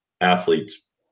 athletes